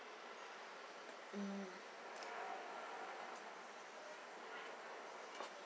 mm